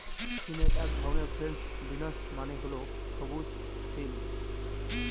সিমের এক ধরন ফ্রেঞ্চ বিনস মানে হল সবুজ সিম